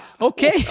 okay